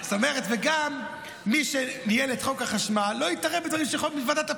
וגם מי שניהל את חוק החשמל לא התערב בדברים מוועדה,